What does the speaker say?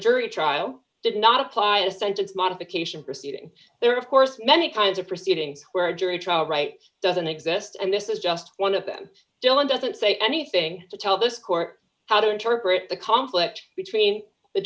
jury trial did not apply in a sentence modification proceeding there are of course many kinds of proceedings where a jury trial right doesn't exist and this is just one of them dylan doesn't say anything to tell this court how to interpret the conflict between the